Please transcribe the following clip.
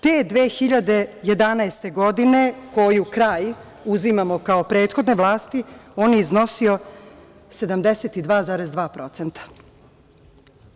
Te 2011. godine, koju kraj uzimamo kao prethodne vlasti, on je iznosio 72,2%